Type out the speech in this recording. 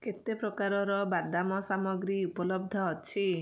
କେତେ ପ୍ରକାରର ବାଦାମ ସାମଗ୍ରୀ ଉପଲବ୍ଧ ଅଛି